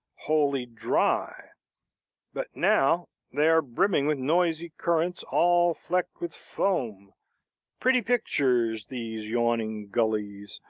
wholly dry but now they are brimming with noisy currents all flecked with foam pretty pictures, these yawning gullies,